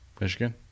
Michigan